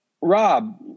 Rob